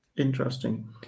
Interesting